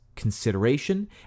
Consideration